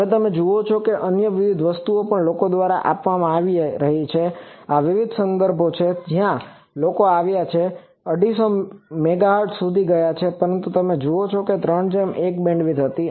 હવે તમે જુઓ છો કે અન્ય વિવિધ વસ્તુઓ પણ લોકો દ્વારા આવી છે આ વિવિધ સંદર્ભો છે તો જ્યાં લોકો આવ્યા છે 250 મેગાહર્ટઝ સુધી ગયા છે પરંતુ તમે જુઓ છો કે 3 જેમ 1 એ બેન્ડવિડ્થ હતી